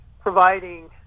providing